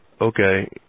okay